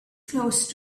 close